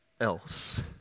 else